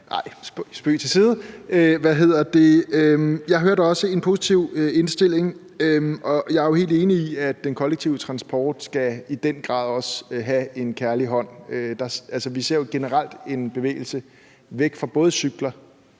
Spøg til side. Jeg hørte også en positiv indstilling, og jeg er jo helt enig i, at den kollektive transport i den grad også skal have en kærlig hånd. Altså, vi ser jo generelt en bevægelse væk fra både cykler